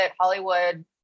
Hollywood